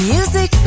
Music